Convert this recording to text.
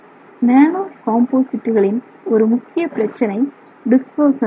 நானோ காம்போசிட்டுகளின் ஒரு முக்கிய பிரச்சினை டிஸ்பர்சன் என்பது